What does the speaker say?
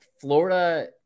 Florida